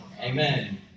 Amen